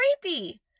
creepy